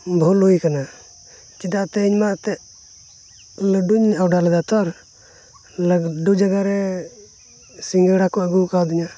ᱵᱷᱩᱞ ᱦᱩᱭ ᱠᱟᱱᱟ ᱪᱮᱫᱟᱜ ᱛᱮᱦᱮᱧᱢᱟ ᱛᱮᱫ ᱞᱟᱹᱰᱩᱧ ᱚᱰᱟᱨ ᱞᱮᱫᱟ ᱛᱷᱚᱨ ᱞᱟᱹᱰᱩ ᱡᱟᱭᱜᱟ ᱨᱮ ᱥᱤᱜᱟᱹᱲᱟ ᱠᱚ ᱟᱹᱜᱩ ᱠᱟᱹᱣᱫᱤᱧᱟ